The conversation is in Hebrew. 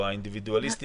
או האינדיבידואליסטי,